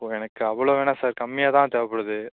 ஓ எனக்கு அவ்வளோ வேணுணா சார் கம்மியாக தான் தேவைப்படுது